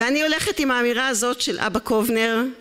ואני הולכת עם האמירה הזאת של אבא קובנר